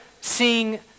seeing